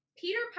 Peter